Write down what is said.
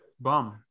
Bum